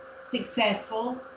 successful